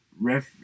ref